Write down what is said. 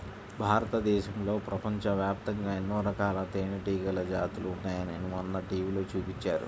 భారతదేశంలో, ప్రపంచవ్యాప్తంగా ఎన్నో రకాల తేనెటీగల జాతులు ఉన్నాయని మొన్న టీవీలో చూపించారు